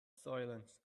silence